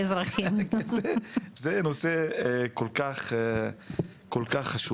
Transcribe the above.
זה נושא כל כך חשוב.